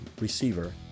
receiver